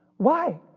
why?